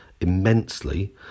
immensely